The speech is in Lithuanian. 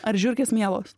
ar žiurkės mielos